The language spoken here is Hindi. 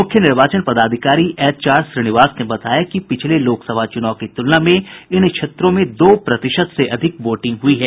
मुख्य निर्वाचन पदाधिकारी एचआर श्रीनिवास ने बताया कि पिछले लोकसभा चुनाव की तुलना में इन क्षेत्रों में दो प्रतिशत से अधिक वोटिंग हुई है